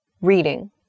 reading